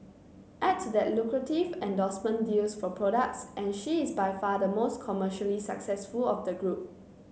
add to that lucrative endorsement deals for products and she is by far the most commercially successful of the group